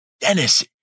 Dennis